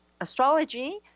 Astrology